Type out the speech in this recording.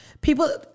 People